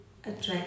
attract